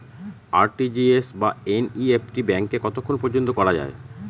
RTGS বা NEFT ব্যাংকে কতক্ষণ পর্যন্ত করা যায়?